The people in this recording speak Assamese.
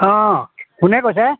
অঁ কোনে কৈছে